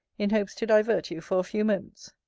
in hopes to divert you for a few moments.